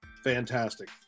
Fantastic